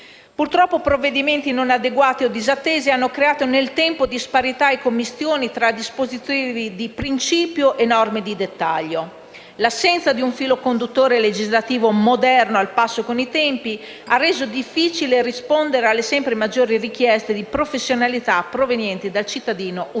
Purtroppo provvedimenti non adeguati o disattesi hanno creato nel tempo disparità e commistioni tra disposizioni di principio e norme di dettaglio. L'assenza di un filo conduttore legislativo moderno, al passo con i tempi, ha reso difficile rispondere alle sempre maggiori richieste di professionalità provenienti dal cittadino utente.